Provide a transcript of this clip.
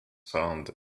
found